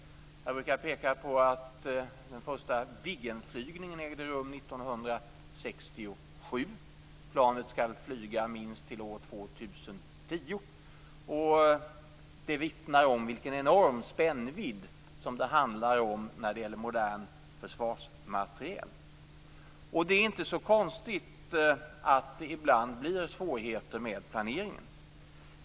Jag brukar peka på att den första Viggenflygningen ägde rum år 1967. Planet skall flyga minst till år 2010. Det vittnar om vilken enorm spännvidd det handlar om när det gäller modern försvarsmateriel. Det är inte så konstigt att det ibland blir svårigheter med planeringen.